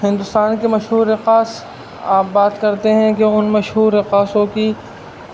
ہندوستان کے مشہور رقاص آپ بات کرتے ہیں کہ ان مشہور رقاصوں کی